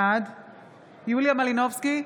בעד יוליה מלינובסקי,